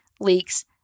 leaks